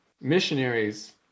missionaries